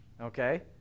okay